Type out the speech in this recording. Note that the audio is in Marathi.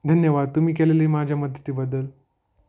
धन्यवाद तुम्ही केलेली माझ्या मदतीबद्दल